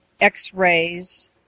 x-rays